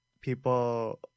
people